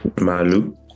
Malu